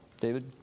David